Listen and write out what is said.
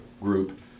group